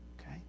Okay